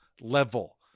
level